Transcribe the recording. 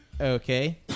Okay